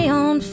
on